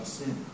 sin